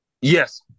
Yes